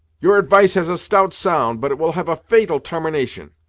your advice has a stout sound, but it will have a fatal tarmination.